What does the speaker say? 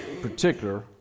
particular